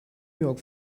york